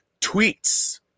tweets